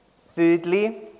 Thirdly